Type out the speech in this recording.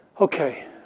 Okay